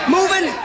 Moving